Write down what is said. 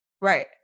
right